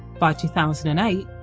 by two thousand and eight,